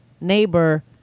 neighbor